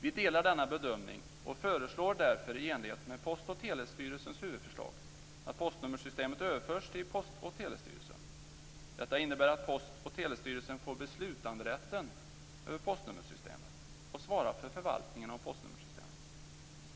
Vi delar denna bedömning och föreslår därför i enlighet med Post och Telestyrelsens huvudförslag att postnummersystemet överförs till Post och Telestyrelsen. Det innebär att Post och Telestyrelsen får beslutanderätten över postnummersystemet och svarar för förvaltningen av detta.